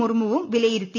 മുർമുവും വിലയിരുത്തി